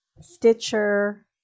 Stitcher